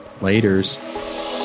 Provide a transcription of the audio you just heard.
Laters